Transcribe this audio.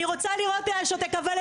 אני רוצה לראות שתקבל,